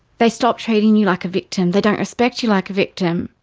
they stop treating you like a victim. they don't respect you like a victim.